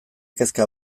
kezka